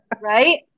Right